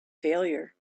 failure